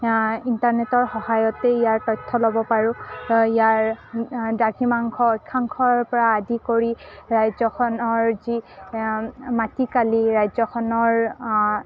ইণ্টাৰনেটৰ সহায়তে ইয়াৰ তথ্য ল'ব পাৰোঁ ইয়াৰ দ্ৰাঘিমাংশ অক্ষাংশৰপৰা আদি কৰি ৰাজ্যখনৰ যি মাটিকালি ৰাজ্যখনৰ